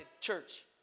church